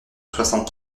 soixante